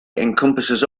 encompasses